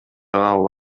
кабыл